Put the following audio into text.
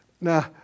Now